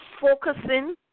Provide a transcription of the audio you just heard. focusing